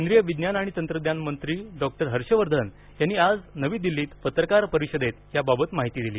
केंद्रीय विज्ञान आणि तंत्रज्ञान मंत्री डॉ हर्ष वर्धन यांनी आज नवी दिल्लीत पत्रकार परिषदेत याबाबत माहिती दिली